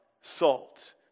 salt